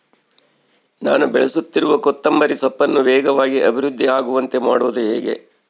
ನಾನು ಬೆಳೆಸುತ್ತಿರುವ ಕೊತ್ತಂಬರಿ ಸೊಪ್ಪನ್ನು ವೇಗವಾಗಿ ಅಭಿವೃದ್ಧಿ ಆಗುವಂತೆ ಮಾಡುವುದು ಹೇಗೆ?